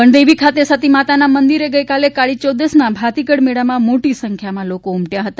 ગણદેવી ખાતે સતી માતાના મંદિરે ગઇકાલે કાળીયૌદશના ભાતીગળ મેળામાં મોટી સંખ્યામાં લોકો ઉમટયા હતા